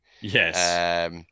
Yes